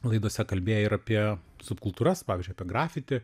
laidose kalbėję ir apie subkultūras pavyzdžiui apie grafiti